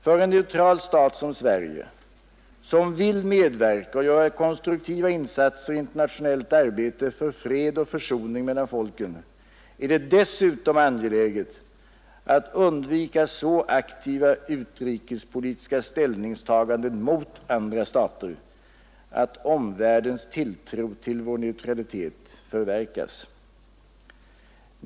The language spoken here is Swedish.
För en neutral stat som Sverige, som vill medverka och göra konstruktiva insatser i internationellt arbete för fred och försoning mellan folken, är det dessutom angeläget att undvika så aktiva utrikespolitiska ställningstaganden mot andra stater, att omvärldens tilltro till vår neutralitet förverkas.